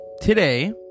today